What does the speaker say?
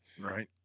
Right